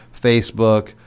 Facebook